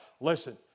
listen